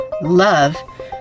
love